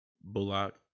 Bullock